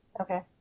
Okay